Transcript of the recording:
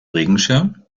regenschirm